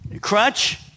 crutch